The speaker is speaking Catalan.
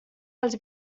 pels